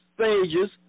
stages